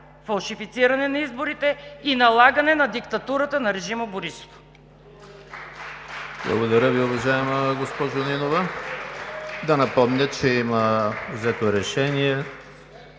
фалшифициране на изборите и налагане на диктатурата на режима Борисов.